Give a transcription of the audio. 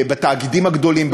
בתאגידים הגדולים,